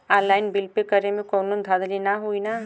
Online bill pay करे में कौनो धांधली ना होई ना?